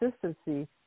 consistency